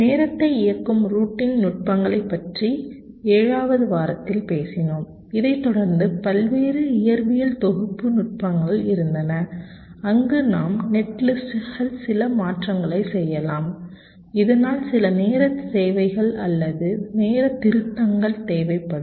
நேரத்தை இயக்கும் ரூட்டிங் நுட்பங்களைப் பற்றி 7 ஆவது வாரத்தில் பேசினோம் இதைத் தொடர்ந்து பல்வேறு இயற்பியல் தொகுப்பு நுட்பங்கள் இருந்தன அங்கு நம் நெட்லிஸ்ட்களில் சில மாற்றங்களைச் செய்யலாம் இதனால் சில நேரத் தேவைகள் அல்லது நேரத் திருத்தங்கள் தேவைப்படும்